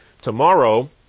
tomorrow